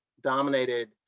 dominated